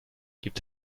gibt